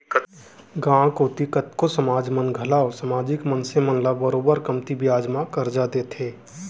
गॉंव कोती कतको समाज मन घलौ समाजिक मनसे मन ल बरोबर कमती बियाज म करजा देथे